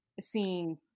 seeing